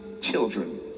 children